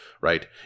right